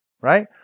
right